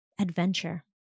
adventure